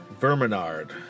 Verminard